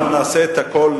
אנחנו נעשה את הכול,